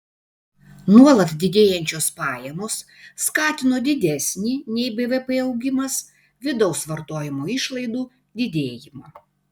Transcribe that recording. nuolat didėjančios pajamos skatino didesnį nei bvp augimas vidaus vartojimo išlaidų didėjimą